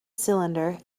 cylinder